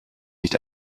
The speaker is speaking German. nicht